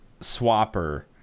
Swapper